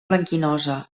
blanquinosa